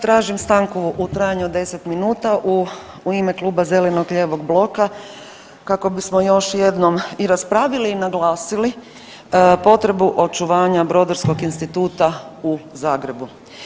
Tražim stanku u trajanju od 10 minuta u ime kluba Zeleno-lijevog bloka kako bismo još jednom i raspravili i naglasili potrebu očuvanja Brodarskog instituta u Zagrebu.